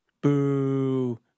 Boo